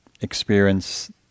experience